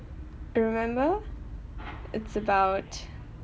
you remember it's about